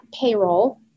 payroll